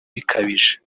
bikabije